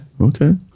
Okay